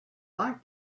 like